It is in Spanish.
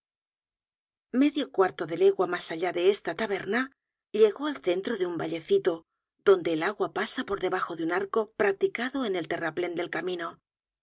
medio cuarto de legua mas allá de esta taberna llegó al centro de un vallecito donde el agua pasa por debajo de un arco practicado en el terraplen del camino